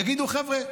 יגידו: חבר'ה,